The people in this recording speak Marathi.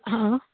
हां